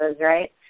right